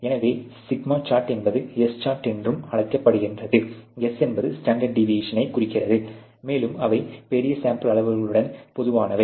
எனவே σ சார்ட் என்பது S chart என்றும் அறியப்படுகிறது S என்பது ஸ்டாண்டர்ட் டிவியேஷனை குறிக்கிறது மேலும் அவை பெரிய சாம்பிள் அளவுகளுடன் பொதுவானவை